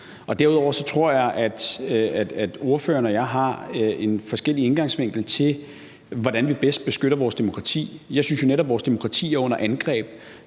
Derudover tror jeg, at spørgeren og jeg har en forskellig indgangsvinkel til, hvordan vi bedst beskytter vores demokrati. Jeg synes jo netop, at vores demokrati er under angreb,